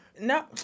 No